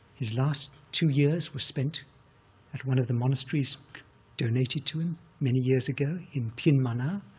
his last two years were spent at one of the monasteries donated to him many years ago in pyinmana,